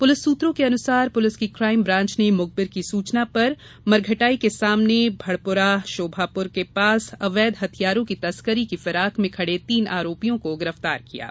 police सूत्रों के अनुसार पुलिस की क्राईम ब्रांच ने मुखबिर की सूचना पर मरघटाई के सामने भड़पुरा शोभापुर के पास अवैध हथियारों की तस्करी की फिराक में खड़े तीन आरोपियों को गिरफ्तार किया है